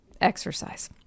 Exercise